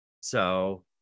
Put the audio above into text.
So-